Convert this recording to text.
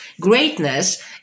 Greatness